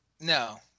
no